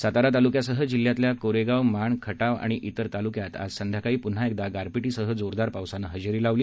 सातारा तालुक्यासह जिल्ह्यातल्या कोरेगाव माण खटाव आणि इतर तालुक्यात आज सायंकाळी पुन्हा एकदा गारपीटीसह जोरदार पावसानं हजेरी लावली